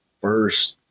first